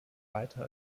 weiter